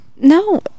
No